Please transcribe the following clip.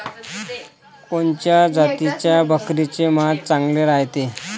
कोनच्या जातीच्या बकरीचे मांस चांगले रायते?